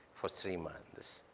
for three months.